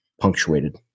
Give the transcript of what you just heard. punctuated